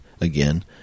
again